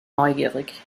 neugierig